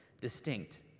distinct